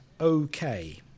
okay